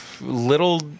little